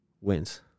wins